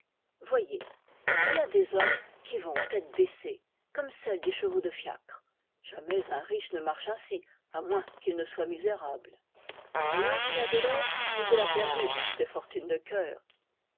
voyez il y a des hommes qui vont tête baissée comme celle des chevaux de fiacre jamais un riche ne marche ainsi à moins qu'il ne soit misérable alors il a de l'or mais il a perdu ses fortunes de cœur